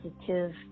positive